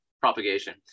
propagation